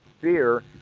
fear